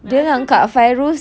my other friend also macam gitu